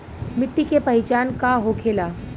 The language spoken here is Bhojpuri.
मिट्टी के पहचान का होखे ला?